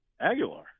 Aguilar